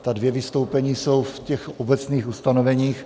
Ta dvě vystoupení jsou v obecných ustanoveních.